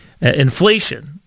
inflation